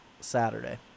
Saturday